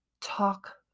talk